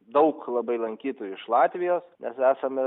daug labai lankytojų iš latvijos nes esame